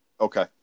Okay